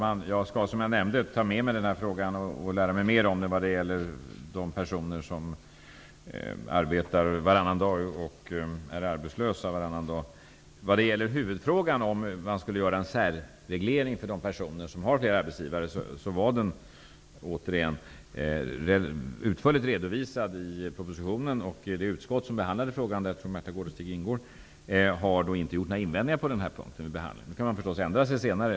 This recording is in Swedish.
Herr talman! Jag skall ta med mig den här frågan och lära mig mer om den när det gäller de personer som arbetar varannan dag och är arbetslösa varannan dag. När det gäller huvudfrågan om huruvida man skall göra en särreglering för de personer som har flera arbetsgivare var den utförligt redovisad i propositionen. Det utskott som behandlade frågan, där jag tror att Märtha Gårdestig ingår, har inte gjort några invändningar på den punkten. Nu kan man förstås ändra sig senare.